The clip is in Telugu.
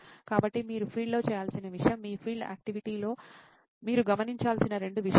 కాబట్టి మీరు ఫీల్డ్లో చేయాల్సిన విషయం మీ ఫీల్డ్ ఆక్టివిటీలో మీరు గమనించాల్సిన రెండు విషయాలు